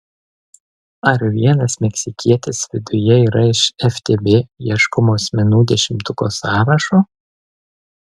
ar vienas meksikietis viduje yra iš ftb ieškomų asmenų dešimtuko sąrašo